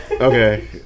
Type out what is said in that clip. Okay